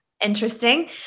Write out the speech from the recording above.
interesting